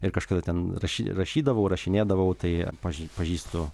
ir kažkada ten rašy rašydavau rašinėdavo tai paž pažįstu